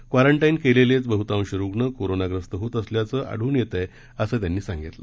quarantine केलेलेच बहुतांश रुग्ण कोरोनाग्रस्त होत असल्याचं आढळून येत असल्याचंही त्यांनी सांगितलं